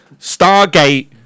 Stargate